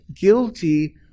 guilty